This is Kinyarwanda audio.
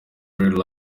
real